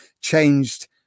changed